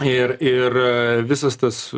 ir ir visas tas